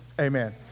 Amen